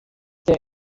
der